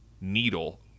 needle